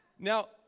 Now